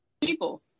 people